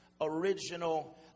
original